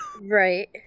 Right